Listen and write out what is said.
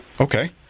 Okay